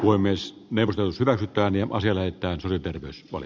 voi myös mennä köysirataan ja vasilei taituri terveys voi